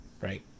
right